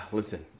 Listen